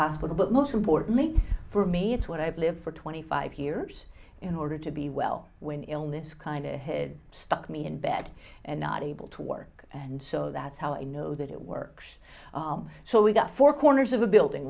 hospital but most importantly for me it's what i've lived for twenty five years in order to be well when illness kind of stuck me in bed and not able to work and so that's how i know that it works so we've got four corners of a building